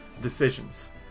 decisions